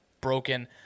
broken